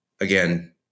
again